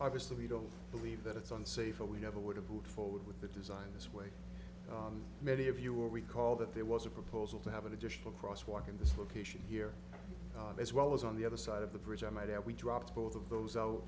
obviously we don't believe that it's unsafe or we never would have moved forward with the design this way many of you will recall that there was a proposal to have an additional crosswalk in this location here as well as on the other side of the bridge i might add we dropped both of those out